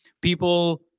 People